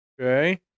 Okay